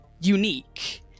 unique